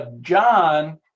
John